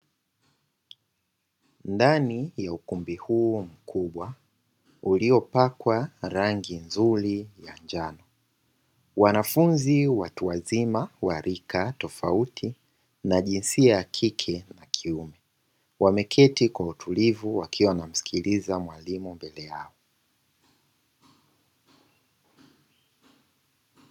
Ndani ya ukumbi huu mkubwa uliopakwa rangi nzuri ya njano. Wanafunzi watu wazima wa rika tofauti na jinsia ya kike na kiume, wameketi kwa utulivu wakiwa wanamsikiliza mwalimu mbele yao.